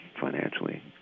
financially